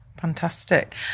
Fantastic